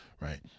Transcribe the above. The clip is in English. right